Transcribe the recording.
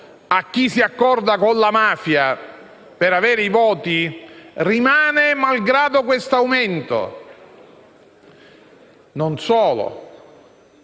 a chi si accorda con la mafia per avere i voti - rimane malgrado l'aumento che oggi